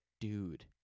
dude